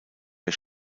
der